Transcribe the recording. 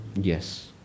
Yes